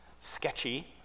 sketchy